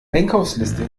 einkaufsliste